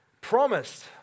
promised